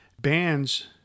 Bands